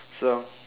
so